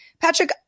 Patrick